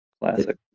Classic